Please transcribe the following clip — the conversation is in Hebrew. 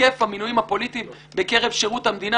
היקף המינויים הפוליטיים בקרב שירות המדינה